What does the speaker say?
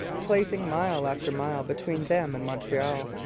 placing mile after mile between them and montreal.